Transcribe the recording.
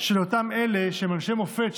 של אותם אלה שהם אנשי מופת,